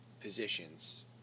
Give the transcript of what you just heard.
positions